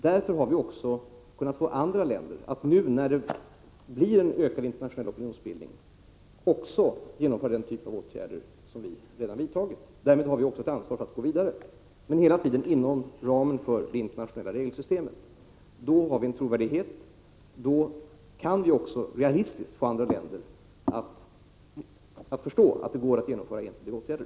Därför har vi också kunnat få andra länder att nu, när det blir en ökad internationell opinionsbildning, också genomföra den typ av åtgärder som vi redan har vidtagit. Därmed har vi också ett ansvar för att gå vidare, men hela tiden inom ramen för det internationella regelsystemet. Då har vi en trovärdighet, och då kan vi också verkligen få andra länder att förstå att det går att genomföra ensidiga åtgärder.